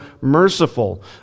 merciful